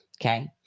Okay